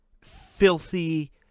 filthy